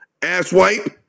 asswipe